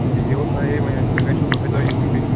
بِہِو سا ہے وۅنۍ تُہۍ کَتہِ چھِو دۅہے دۅہے یِوانٕے